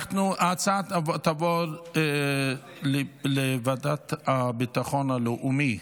ההצעה תעבור לוועדה לביטחון לאומי.